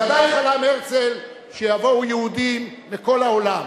בוודאי חלם הרצל שיבואו יהודים מכל העולם,